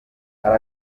abona